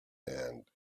and